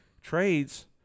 Trades